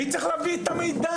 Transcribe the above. מי צריך להביא את המידע?